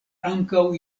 ankaŭ